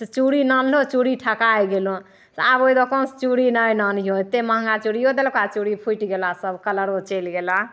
तु चूड़ी लानलहो तु चूड़ी ठकाइ गेलहो आब ओहि दोकानसँ चूड़ी नहि लानिहो एतेक महँगा चूड़ियो देलको आ चूड़ी फुटि गेलो सब कलरो चलि गेलो